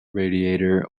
radiator